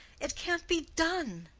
it can't be done.